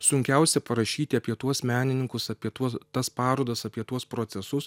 sunkiausia parašyti apie tuos menininkus apie tuos tas parodas apie tuos procesus